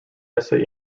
essay